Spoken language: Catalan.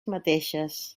mateixes